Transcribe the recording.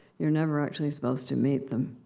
you're never actually supposed to meet them,